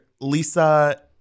Lisa